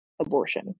abortion